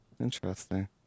Interesting